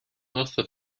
wrtho